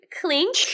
clink